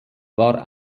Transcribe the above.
war